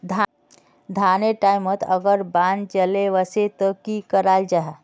धानेर टैमोत अगर बान चले वसे ते की कराल जहा?